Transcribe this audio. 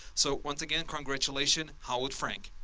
so, once again, congratulation, howard frank